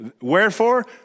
Wherefore